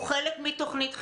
הוא חלק מתוכנית חינוכית.